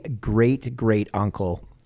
great-great-uncle